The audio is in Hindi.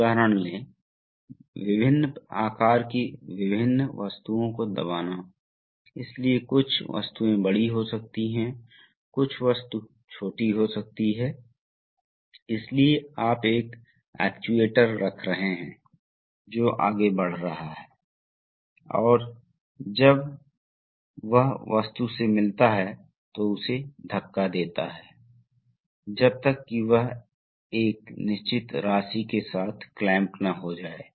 अब इस मामले में इस वाल्व को देखें इस वाल्व में सबसे पहले प्रतीक पर बहस करने की कोशिश की गई है प्रतीक के पास यह है कि प्रत्येक के पास एक सॉलोनॉइड है और इसमें एक हाइड्रोलिक पायलट है इसलिए वास्तव में यह संभवतः एक दिशा वाल्व है बहुत बड़ा वाल्व